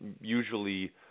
usually